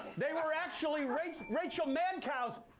they were actually rachel rachel man cow's